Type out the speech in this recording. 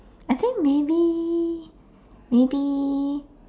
I think maybe maybe